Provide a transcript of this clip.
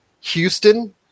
Houston